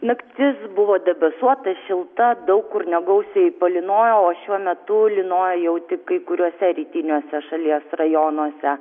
naktis buvo debesuota šilta daug kur negausiai palynojo o šiuo metu lynoja jau tik kai kuriuose rytiniuose šalies rajonuose